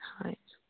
হয়